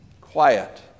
quiet